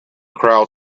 crowd